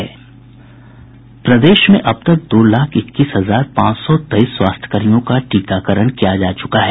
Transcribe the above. प्रदेश में अब तक दो लाख इक्कीस हजार पांच सौ तेईस स्वास्थ्यकर्मियों का टीकाकरण किया जा चुका है